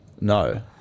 No